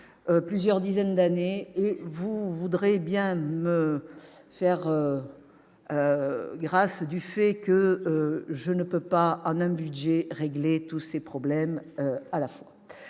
plusieurs dizaines d'années. Vous voudrez bien me faire grâce du fait que je ne peux pas régler tous ces problèmes en un